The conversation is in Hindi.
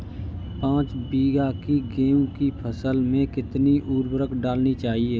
पाँच बीघा की गेहूँ की फसल में कितनी उर्वरक डालनी चाहिए?